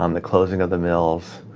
um the closing of the mills.